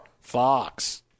Fox